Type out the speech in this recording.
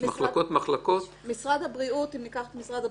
במשרד הבריאות יש מחלקות,